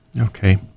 Okay